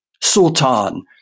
Sultan